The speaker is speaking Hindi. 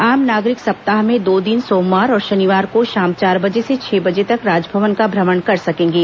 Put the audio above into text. आम नागरिक सप्ताह में दो दिन सोमवार और शनिवार को शाम चार बजे से छह बजे तक राजभवन का भ्रमण कर सकेंगे